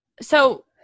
So-